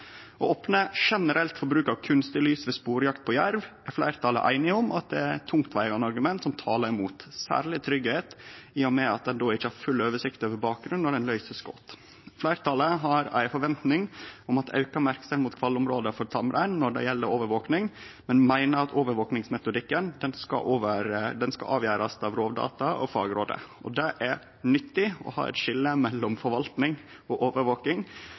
Å generelt opne for bruk av kunstig lys ved sporjakt på jerv er fleirtalet einig om at det er tungtvegande argument som talar imot – særleg tryggleik, i og med at ein då ikkje har full oversikt over bakgrunnen når ein løyser skot. Fleirtalet har ei forventing om auka merksemd om kalveområde for tamrein når det gjeld overvaking, men meiner at overvakingsmetodikken skal avgjerast av Rovdata og fagrådet. Det er nyttig å ha eit skilje mellom forvalting og overvaking.